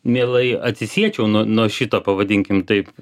mielai atsisėčiau nuo nuo šito pavadinkim taip